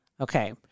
Okay